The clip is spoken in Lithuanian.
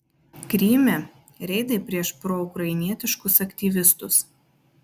kryme reidai prieš proukrainietiškus aktyvistus